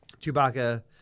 Chewbacca